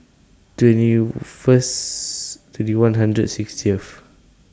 twenty YOU First twenty one hundred sixtieth